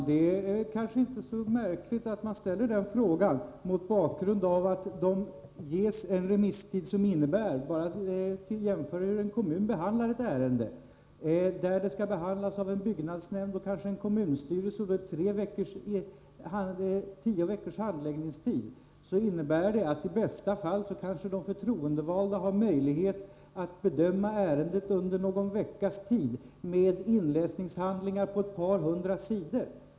Herr talman! Det är kanske inte så märkligt att den frågan uppkommer, eftersom remisstiden är så kort i jämförelse med hur behandlingen av ett ärende går till i en kommun. När ärendet skall behandlas av byggnadsnämnd och kanske kommunstyrelse med en handläggningstid på tio veckor, innebär det att de förtroendevalda i bästa fall har möjlighet att bedöma ärendet under någon veckas tid, med inläsningshandlingar på ett par hundra sidor.